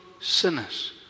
sinners